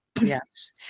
Yes